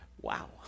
Wow